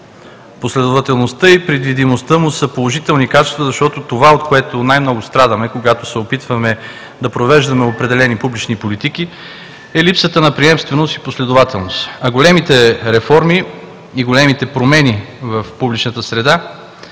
Последователността и предвидимостта му са положителни качества, защото това, от което най-много страдаме, когато се опитваме да провеждаме определени публични политики, е липсата на приемственост и последователност, а големите реформи и големите промени в публичната среда